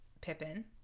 Pippin